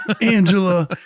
Angela